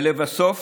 ולבסוף,